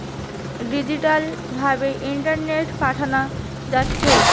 digital ভাবে ইন্টারনেটে পাঠানা যাচ্ছে